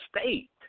state